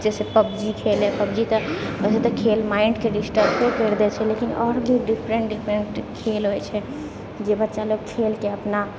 जैसेसे PUBG खेलैत है PUBG तऽ बहुत खेल माइंडके डिस्टर्बे करि दैत छै लेकिन आओर भी डिफरेंट डिफरेंट खेल होइत छै जे बच्चा लोग खेलके अपना